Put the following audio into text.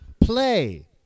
Play